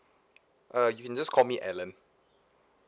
uh you can just call me allen